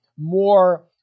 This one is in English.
more